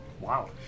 Wow